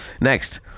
Next